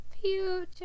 Future